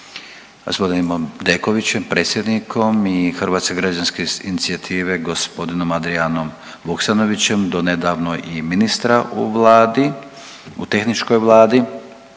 sa g. Dekovićem, predsjednikom i Hrvatske građanske inicijative g. Adrijanom Vuksanovićem, donedavno i ministra u vladi, u tehničkoj Vladi